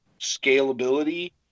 scalability